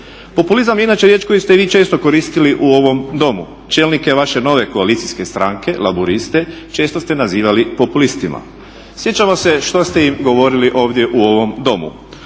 Populizam je inače riječ koju ste vi često koristili u ovom Domu. Čelnike vaše nove koalicijske stranke – Laburiste često ste nazivali populistima. Sjećamo se što ste im govorili ovdje u ovom Domu.